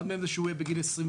אחד מהם זה שהוא יהיה בגיל 21,